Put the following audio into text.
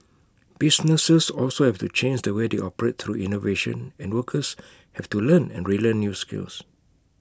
businesses also have to change the way they operate through innovation and workers have to learn and relearn new skills